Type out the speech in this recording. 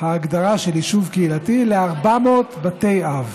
ההגדרה של יישוב קהילתי ל-400 בתי אב.